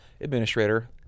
administrator